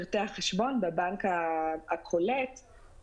חשוב לציין שהבנקים לא מחכים לאישור הסופי כדי להתקדם עם זה,